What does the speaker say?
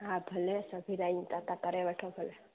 हा भले चौथी लाइन सां तव्हां करे वठो